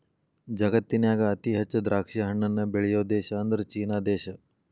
ಜಗತ್ತಿನ್ಯಾಗ ಅತಿ ಹೆಚ್ಚ್ ದ್ರಾಕ್ಷಿಹಣ್ಣನ್ನ ಬೆಳಿಯೋ ದೇಶ ಅಂದ್ರ ಚೇನಾ ದೇಶ